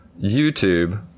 YouTube